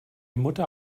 mutter